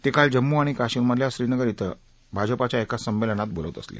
ते काल जम्मू आणि काश्मीरमधल्या श्रीनगर क्विं भाजपाच्या एका संमेलनात बोलत होते